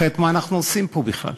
אחרת מה אנחנו עושים פה בכלל?